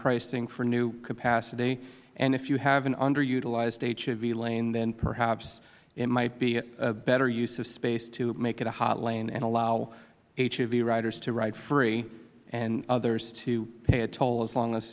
pricing for new capacity if you have an under utilized hov lane then perhaps it might be a better use of space to make it a hot lane and allow hov riders to ride free and others to pay a toll as long as